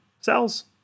cells